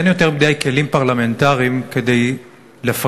אין יותר מדי כלים פרלמנטריים כדי לפקח